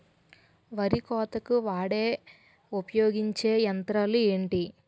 వరి కోతకు వాడే ఉపయోగించే యంత్రాలు ఏంటి?